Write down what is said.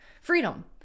freedom